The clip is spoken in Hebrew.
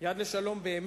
אני קורא אותך לסדר